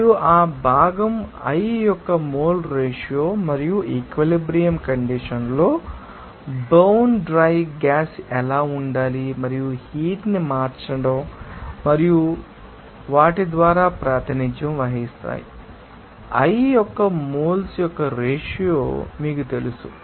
మరియు ఆ భాగం i యొక్క మోల్ రేషియో మరియు ఈక్విలిబ్రియం కండిషన్స్ లో బోన్ డ్రై గ్యాస్ ఎలా ఉండాలి మరియు హీట్ ని మార్చండి మరియు మీరు దాని ద్వారా ప్రాతినిధ్యం వహిస్తారు ఆ భాగం i యొక్క మోల్స్ యొక్క రేషియో మీకు తెలుసు